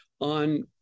on